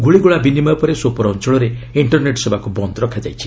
ଗୁଳିଗୋଳା ବିନିମୟ ପରେ ସୋପୋର ଅଞ୍ଚଳରେ ଇଣ୍ଟରନେଟ୍ ସେବାକୁ ବନ୍ଦ ରଖାଯାଇଛି